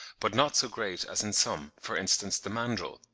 but not so great as in some, for instance, the mandrill.